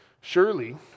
Surely